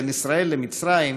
בין ישראל למצרים,